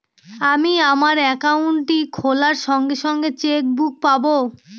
আমি আমার একাউন্টটি খোলার সঙ্গে সঙ্গে চেক বুক পাবো?